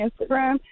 Instagram